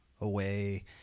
away